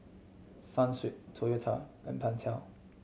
Sunsweet Toyota and Pentel